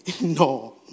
no